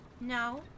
No